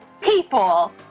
people